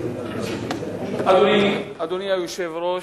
אדוני היושב-ראש,